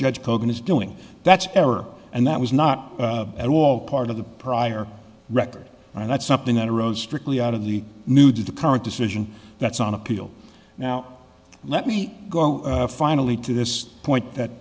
judge kogan is doing that's error and that was not at all part of the prior record and that's something that arose strictly out of the new to the current decision that's on appeal now let me go finally to this point that